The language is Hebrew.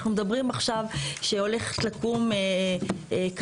אנחנו מדברים עכשיו שהולכת לקום כנראה